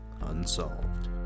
Unsolved